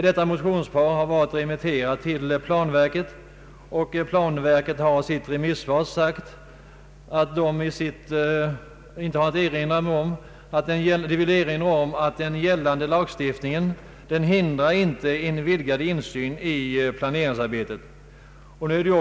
Detta motionspar har remitterats till planverket, som i sitt remissvar erinrat om att den gällande lagstiftningen inte hindrar en vidgad insyn i planeringsarbetet.